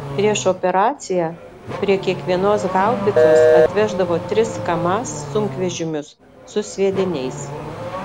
prieš operaciją prie kiekvienos haubicos atveždavo tris kamaz sunkvežimius su sviediniais